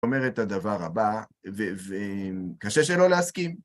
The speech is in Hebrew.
זאת אומרת, הדבר הבא, וקשה שלא להסכים.